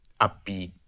upbeat